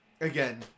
again